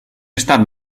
estat